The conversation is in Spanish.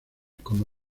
como